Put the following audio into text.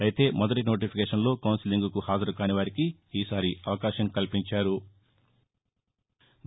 అయితే మొదటి నోటిఫికేషన్లో కౌన్సెలింగ్కు హాజరుకాని వారికి ఈసారి అవకాశం కల్పించారు